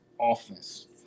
offense